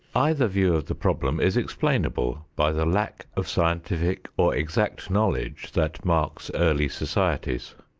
either view of the problem is explainable by the lack of scientific or exact knowledge that marks early societies.